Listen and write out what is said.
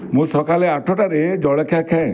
ମୁଁ ସକାଲେ ଆଠଟାରେ ଜଳଖିଆ ଖାଏ